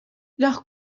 leur